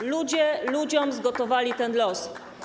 To ludzie ludziom zgotowali ten los.